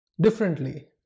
Differently